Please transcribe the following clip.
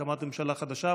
הקמת ממשלה חדשה,